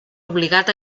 obligat